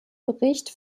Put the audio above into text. bericht